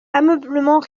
ameublement